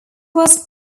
was